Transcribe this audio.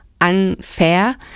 unfair